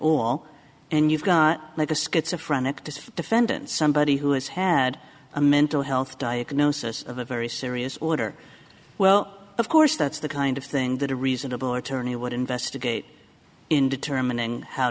all and you've got like a schizo phrenic to defendant somebody who has had a mental health diagnosis of a very serious order well of course that's the kind of thing that a reasonable attorney would investigate in determining how